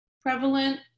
prevalent